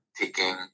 taking